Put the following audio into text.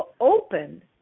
open